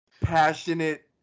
passionate